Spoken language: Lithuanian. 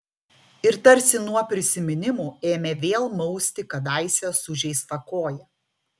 ir tarsi nuo prisiminimų ėmė vėl mausti kadaise sužeistą koją